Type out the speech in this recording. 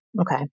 Okay